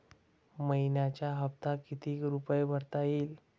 मइन्याचा हप्ता कितीक रुपये भरता येईल?